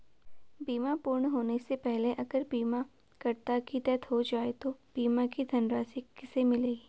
बीमा पूर्ण होने से पहले अगर बीमा करता की डेथ हो जाए तो बीमा की धनराशि किसे मिलेगी?